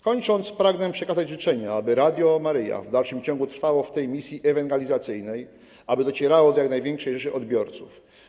Kończąc, pragnę przekazać życzenia, aby Radio Maryja w dalszym ciągu trwało w misji ewangelizacyjnej, aby docierało do jak największej rzeszy odbiorców.